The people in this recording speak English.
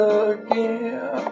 again